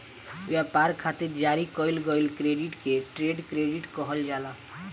ब्यपार खातिर जारी कईल गईल क्रेडिट के ट्रेड क्रेडिट कहल जाला